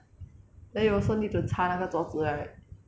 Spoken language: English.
then you also need to 擦那个桌子 right